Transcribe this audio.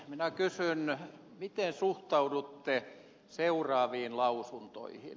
minä kysyn miten suhtaudutte seuraaviin lausuntoihin